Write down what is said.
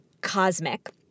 cosmic